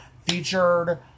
featured